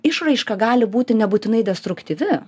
išraiška gali būti nebūtinai destruktyvi